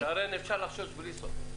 שרן, אפשר לחשוש בלי סוף.